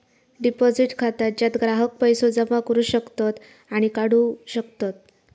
deposit खाता ज्यात ग्राहक पैसो जमा करू शकतत आणि काढू शकतत